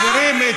חברים,